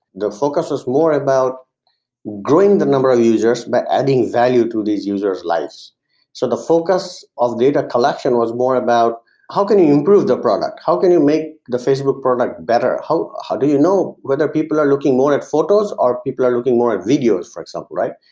the focus was more about growing the number of users by adding value to these users lives so the focus of data collection was more about how can you you improve the product, how can you make the facebook product matter? how how do you know whether people are looking more at photos or people are looking more at videos for example, right?